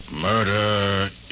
Murder